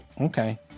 okay